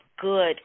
good